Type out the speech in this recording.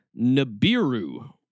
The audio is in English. Nibiru